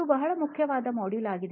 ಇದು ಬಹಳ ಮುಖ್ಯವಾದ ಮಾಡ್ಯೂಲ್ ಆಗಿದೆ